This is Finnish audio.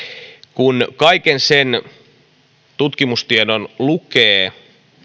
kun kaiken sen tutkimustiedon lukee